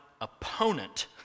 opponent